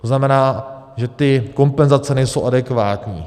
To znamená, že kompenzace nejsou adekvátní.